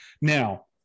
Now